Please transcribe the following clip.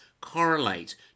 correlate